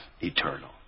eternal